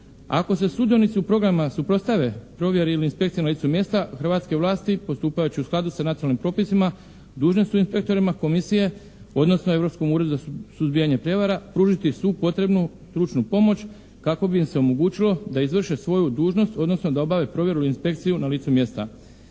Ako se sudionici programa suprotstave provjeri ili inspekciji na licu mjesta, hrvatske vlasti postupajući u skladu sa nacionalnim propisima, dužne su inspektorima komisije, odnosno europskom Uredu za suzbijanje prijevara, pružiti svu potrebnu stručnu pomoć kako bi im se omogućilo da izvrše svoju dužnost, odnosno da obave provjeru i inspekciju na licu mjesta.